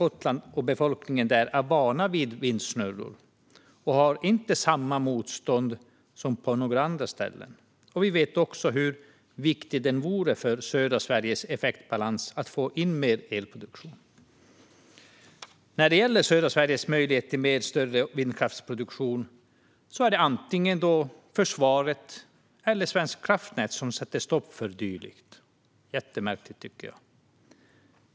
Vi vet att befolkningen på Gotland är van vid vindsnurror och inte hyser samma motstånd som på några andra ställen. Vi vet också hur viktigt det vore för södra Sveriges effektbalans att få in mer elproduktion. När det gäller södra Sveriges möjlighet till mer större vindkraftsproduktion är det antingen försvaret eller Svenska kraftnät som sätter stopp. Det är märkligt, tycker jag.